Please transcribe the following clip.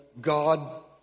God